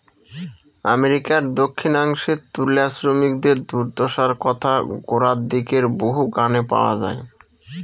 আমেরিকার দক্ষিনাংশে তুলা শ্রমিকদের দূর্দশার কথা গোড়ার দিকের বহু গানে পাওয়া যায়